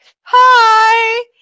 hi